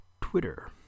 Twitter